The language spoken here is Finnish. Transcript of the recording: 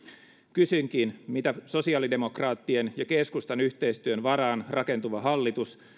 kysynkin mitä sosiaalidemokraattien ja keskustan yhteistyön varaan rakentuva hallitus